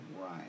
right